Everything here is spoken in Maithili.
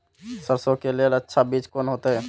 सरसों के लेल अच्छा बीज कोन होते?